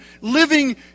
living